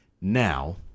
Now